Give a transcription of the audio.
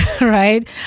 right